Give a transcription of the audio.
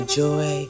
joy